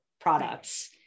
products